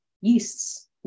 yeasts